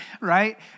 right